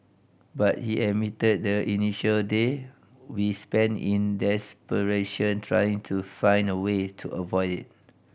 but he admitted the initial day we spent in desperation trying to find a way to avoid it